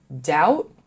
doubt